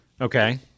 Okay